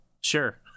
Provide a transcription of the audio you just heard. sure